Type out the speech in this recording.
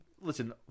Listen